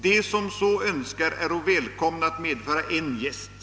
De som så önskar är välkomna att medföra en gäst.